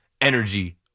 energy